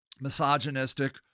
misogynistic